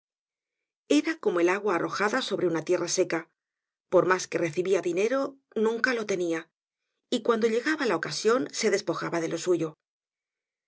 era como el agua arrojada sobre una tierra seca por mas que recibia dinero nunca lo tenia y cuando llegaba la ocasion se despojaba de lo suyo